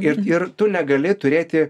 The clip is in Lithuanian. ir ir tu negali turėti